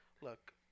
Look